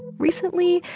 recently,